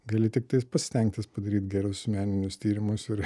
gali tiktai stengtis padaryt gerus meninius tyrimus ir